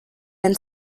and